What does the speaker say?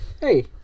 Hey